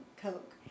coke